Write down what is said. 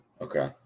Okay